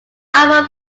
album